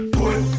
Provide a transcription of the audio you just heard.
put